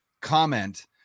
comment